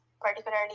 particularly